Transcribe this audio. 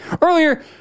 earlier